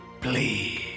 Please